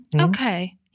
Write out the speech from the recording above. Okay